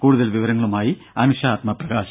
കൂടുതൽ വിവരങ്ങളുമായി അനുഷ ആത്മപ്രകാശ്